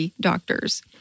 doctors